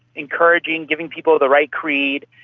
encouraging, giving people the right creed,